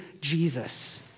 Jesus